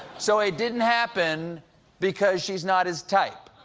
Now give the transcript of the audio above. so, it didn't happen because she's not his type.